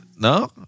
No